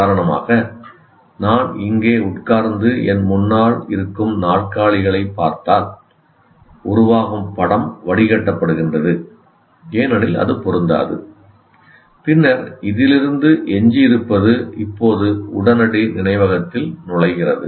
உதாரணமாக நான் இங்கே உட்கார்ந்து என் முன்னால் இருக்கும் நாற்காலிகளைப் பார்த்தால் உருவாகும் படம் வடிகட்டப்படுகின்றது ஏனெனில் அது பொருந்தாது பின்னர் இதிலிருந்து எஞ்சியிருப்பது இப்போது உடனடி நினைவகத்தில் நுழைகிறது